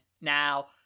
now